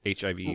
hiv